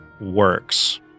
works